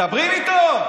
מדברים איתו?